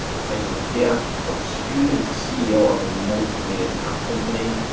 take a look here from student to ceo of a multimillion pound company.